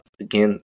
again